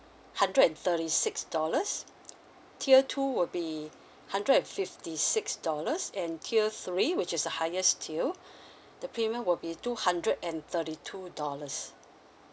hundred and thirty six dollars tier two would be hundred and fifty six dollars and tier three which is the highest tier the payment will be two hundred and thirty two dollars